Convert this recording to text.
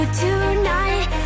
tonight